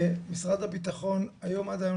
משרד הבטחון עד היום,